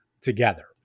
together